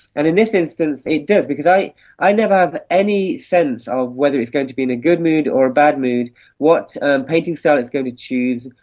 and in this instance it does, because i i never have any sense of whether it's going to be in a good mood or a bad mood what painting style it's going to choose,